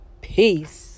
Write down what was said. Peace